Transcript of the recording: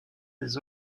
des